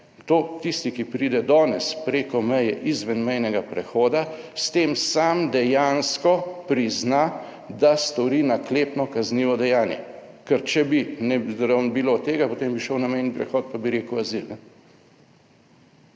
Tisti, ki pride danes preko meje izven mejnega prehoda, s tem sam dejansko prizna da stori naklepno kaznivo dejanje, ker če bi ne bilo tega, potem bi šel na mejni prehod, pa bi rekel azil.